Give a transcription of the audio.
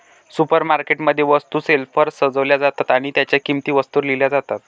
supermarket मध्ये, वस्तू शेल्फवर सजवल्या जातात आणि त्यांच्या किंमती वस्तूंवर लिहिल्या जातात